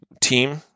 team